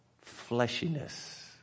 fleshiness